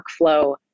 workflow